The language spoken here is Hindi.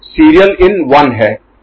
सीरियल इन 1 है